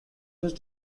whose